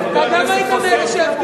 גם אתה היית באותה מסיבה.